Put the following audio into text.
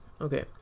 okay